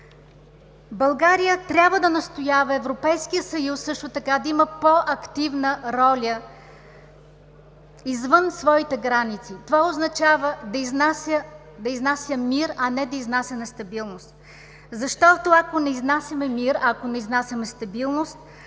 България трябва да настоява Европейският съюз да има по-активна роля извън своите граници. Това означава да изнася мир, а не да изнася нестабилност. Защото, ако не изнасяме мир, ако не изнасяме стабилност,